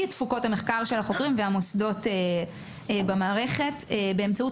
את תפוקות המחקר של החוקרים והמוסדות במערכת באמצעות